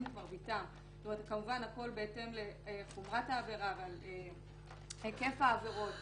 את מרביתם הכול בהתאם לחומרת העבירה והיקף העבירות.